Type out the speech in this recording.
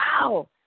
Wow